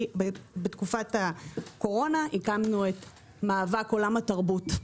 בתקופת הקורונה, הקמנו את מאבק עולם התרבות.